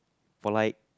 polite